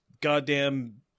goddamn